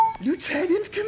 Lieutenant